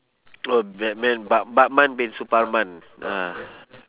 oh batman bat~ batman bin suparman ah